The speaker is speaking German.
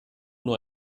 nur